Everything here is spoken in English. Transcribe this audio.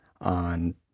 on